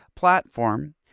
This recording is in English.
Platform